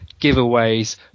giveaways